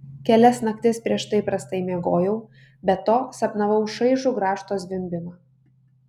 kelias naktis prieš tai prastai miegojau be to sapnavau šaižų grąžto zvimbimą